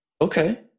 Okay